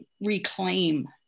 reclaim